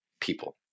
people